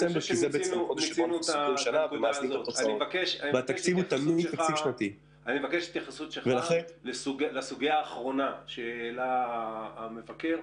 --- אני מבקש התייחסות שלך לסוגיה האחרונה שהעלה המבקר.